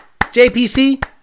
JPC